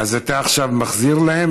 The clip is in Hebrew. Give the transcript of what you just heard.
אז אני מבין שאתה עכשיו מחזיר להם?